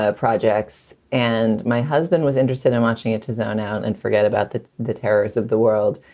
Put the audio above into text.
ah projects and my husband was interested in watching it to zone out and forget about the the terrorists of the world.